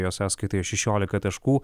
jos sąskaitoje šešiolika taškų